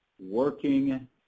working